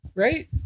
right